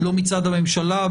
לא מצד הממשלה,